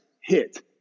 hit